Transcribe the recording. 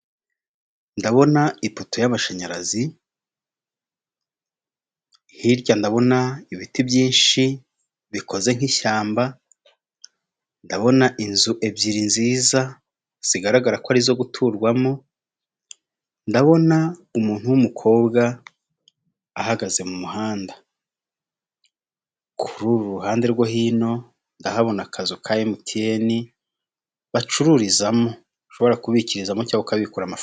Ndabona ifoto y'amashanyarazi hirya ndabona ibiti byinshi bikoze nk'ishyamba, ndabona inzu ebyiri nziza zigaragara ko arizo guturwamo, ndabona w'umukobwa ahagaze mu muhanda. Kuri ururuhande rwo hino ndahabona akazu ka emutiyeni bacururizamo, ushobora kubikirizamo cyangwa ukabikoza ama.